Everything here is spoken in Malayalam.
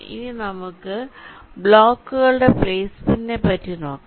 ഇനി നമുക്ക് ബ്ലോക്കുകളുടെ പ്ലേസ്മെന്റ് നെ പറ്റി നോക്കാം